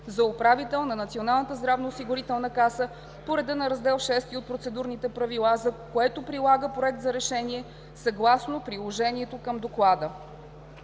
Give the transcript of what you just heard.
за управител на Националната здравноосигурителна каса по реда на Раздел VI от Процедурните правила, за което прилага Проект за решение, съгласно приложението към доклада.“